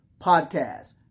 Podcast